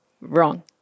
Wrong